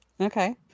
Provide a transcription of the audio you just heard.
okay